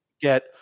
get